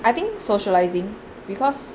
I think socializing because